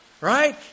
right